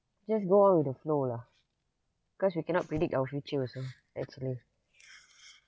just go on with the flow lah cause we cannot predict our future also actually